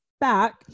Back